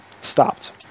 stopped